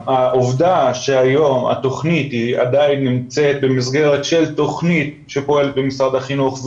עובדה שהיום התוכנית עדיין נמצאת במסגרת של תוכנית שפועלת במשרד החינוך,